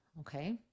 okay